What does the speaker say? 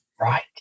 Right